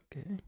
Okay